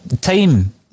time